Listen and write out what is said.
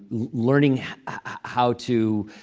learning how to